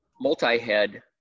multi-head